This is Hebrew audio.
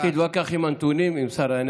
אל תתווכח עם הנתונים עם שר האנרגיה,